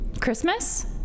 Christmas